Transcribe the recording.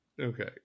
Okay